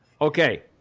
Okay